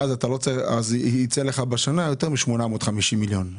ואז יצא לך בשנה יותר מ-850 מיליון.